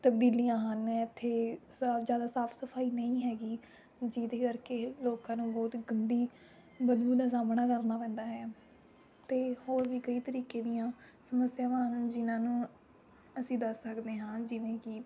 ਤਬਦੀਲੀਆਂ ਹਨ ਇੱਥੇ ਸਾ ਜ਼ਿਆਦਾ ਸਾਫ਼ ਸਫ਼ਾਈ ਨਹੀਂ ਹੈ ਜਿਹਦੇ ਕਰਕੇ ਲੋਕਾਂ ਨੂੰ ਬਹੁਤ ਗੰਦੀ ਬਦਬੂ ਦਾ ਸਾਹਮਣਾ ਕਰਨਾ ਪੈਂਦਾ ਹੈ ਅਤੇ ਹੋਰ ਵੀ ਕਈ ਤਰੀਕੇ ਦੀਆਂ ਸਮੱਸਿਆਵਾਂ ਹਨ ਜਿਹਨਾਂ ਨੂੰ ਅਸੀਂ ਦੱਸ ਸਕਦੇ ਹਾਂ ਜਿਵੇਂ ਕਿ